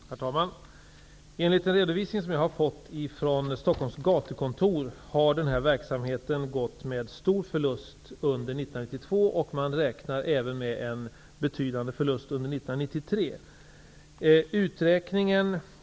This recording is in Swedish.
Herr talman! Enligt den redovisning som jag har fått från Stockholms gatukontor har denna verksamhet gått med stor förlust under 1992, och man räknar med en betydande förlust även för 1993.